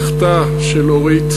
"אשׁת חיל מי ימצא ורחֹק מפנינים מכרה.